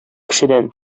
кешедән